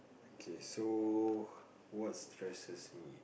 okay so what stresses me